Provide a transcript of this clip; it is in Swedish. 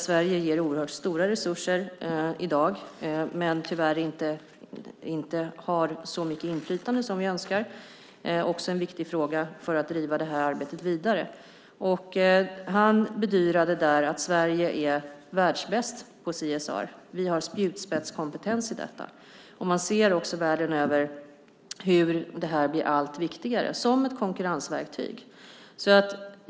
Sverige ger i dag oerhört stora resurser men har tyvärr inte så mycket inflytande som vi önskar. Det är också en viktig fråga för att driva det här arbetet vidare. Han bedyrade att Sverige är världsbäst på CSR. Vi har spjutspetskompetens i detta. Man ser också världen över hur det här blir allt viktigare som ett konkurrensverktyg.